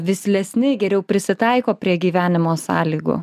vislesni geriau prisitaiko prie gyvenimo sąlygų